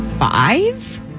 Five